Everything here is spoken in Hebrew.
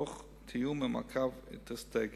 תוך תיאום ומעקב אינטגרטיבי.